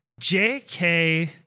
JK